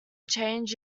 change